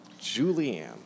Julianne